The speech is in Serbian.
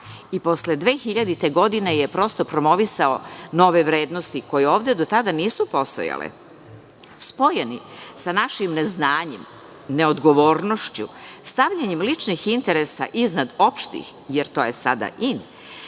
i posle 2000. godine je prosto promovisao nove vrednosti koje ovde do tada nisu postojale. Spojen sa našim neznanjem, neodgovornošću, stavljanjem ličnih interesa iznad opštih, jer to je sada in